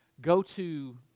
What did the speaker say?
go-to